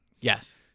Yes